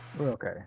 Okay